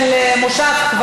של המושב,